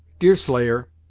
deerslayer,